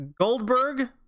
Goldberg